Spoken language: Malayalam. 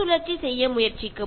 സാധനങ്ങളുടെ പുനരുപയോഗം ചെയ്യുക